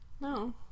no